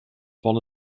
van